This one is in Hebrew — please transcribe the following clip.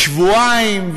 כשבועיים,